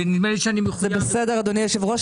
זה בסדר, אדוני היושב-ראש.